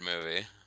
movie